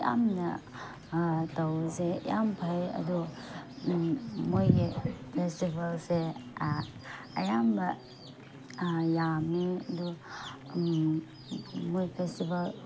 ꯌꯥꯝꯅ ꯇꯧꯔꯤꯁꯦ ꯌꯥꯝ ꯐꯩ ꯑꯗꯣ ꯃꯣꯏꯒꯤ ꯐꯦꯁꯇꯤꯚꯦꯜꯁꯦ ꯑꯌꯥꯝꯕ ꯌꯥꯝꯃꯦ ꯑꯗꯣ ꯃꯣꯏ ꯐꯦꯁꯇꯤꯚꯦꯜ